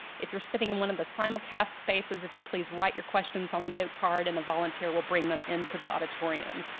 if you're sitting in one of the simulcast spaces, if you'd please write your questions on a note card and a volunteer will bring them into the auditorium.